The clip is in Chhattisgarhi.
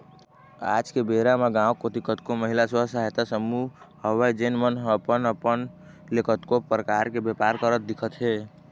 आज के बेरा म गाँव कोती कतको महिला स्व सहायता समूह हवय जेन मन ह अपन अपन ले कतको परकार के बेपार करत दिखत हे